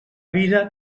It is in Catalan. vida